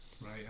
right